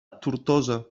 tortosa